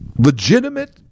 Legitimate